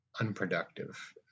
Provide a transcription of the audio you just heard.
unproductive